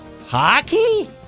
Hockey